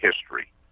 history